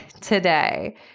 today